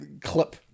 clip